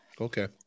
Okay